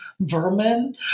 vermin